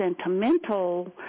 sentimental